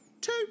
two